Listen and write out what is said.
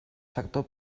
sector